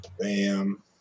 Bam